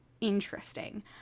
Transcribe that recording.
interesting